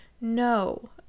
No